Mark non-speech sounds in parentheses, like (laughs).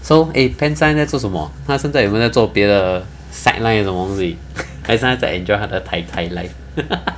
eh so pan 现在在做什么她现在有没有做别的 sideline 还是什么东西还是她在 enjoy 他的 tai tai life (laughs)